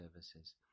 services